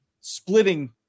splitting